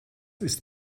ist